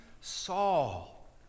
Saul